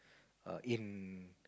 err in